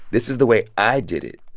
this is the way i did it.